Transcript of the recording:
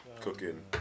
cooking